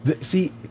See